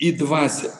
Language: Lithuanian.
į dvasią